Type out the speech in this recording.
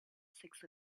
six